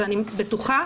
אני בטוחה